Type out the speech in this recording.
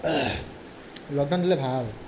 lockdown দিলে ভাল